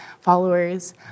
followers